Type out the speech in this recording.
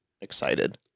excited